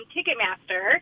Ticketmaster